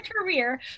career